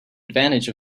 advantage